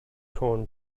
corn